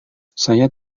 saya